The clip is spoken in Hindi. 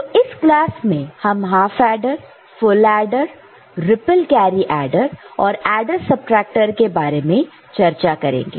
तो इस क्लास में हम half adder full adder ripple carry adder और ऐडर सबट्रैक्टर के बारे में चर्चा करेंगे